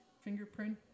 fingerprint